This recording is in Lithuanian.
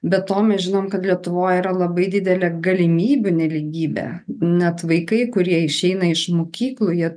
be to mes žinom kad lietuvoj yra labai didelė galimybių nelygybė net vaikai kurie išeina iš mokyklų